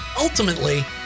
Ultimately